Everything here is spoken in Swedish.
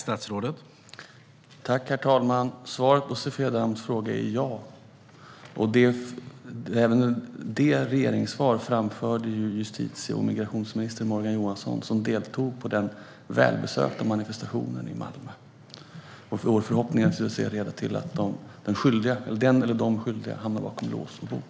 Herr talman! Svaret på Sofia Damms fråga är ja. Även detta regeringssvar framförde justitie och migrationsminister Morgan Johansson, som deltog på den välbesökta manifestationen i Malmö. Vår förhoppning är naturligtvis att det ska leda till att den skyldiga, eller de skyldiga, hamnar bakom lås och bom.